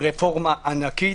רפורמה ענקית.